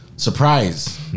Surprise